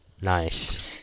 Nice